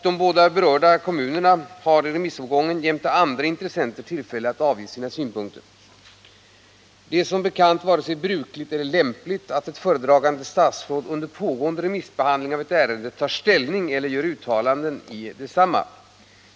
I remissomgången har de båda berörda kommunerna intressenter tillfälle att avge synpunkter. Som bekant är det inte vare sig brukligt eller lämpligt att ett föredragande statsråd under pågående remissbehandling av ett ärende tar ställning eller gör uttalanden i detsamma.